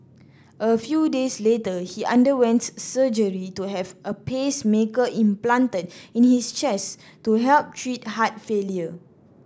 a few days later he underwent surgery to have a pacemaker implanted in his chest to help treat heart failure